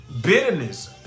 bitterness